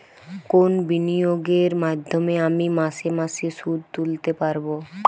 কোন বিনিয়োগের মাধ্যমে আমি মাসে মাসে সুদ তুলতে পারবো?